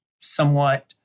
somewhat